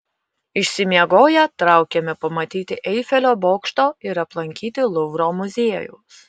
išsimiegoję traukėme pamatyti eifelio bokšto ir aplankyti luvro muziejaus